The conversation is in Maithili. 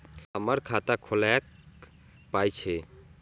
हमर खाता खौलैक पाय छै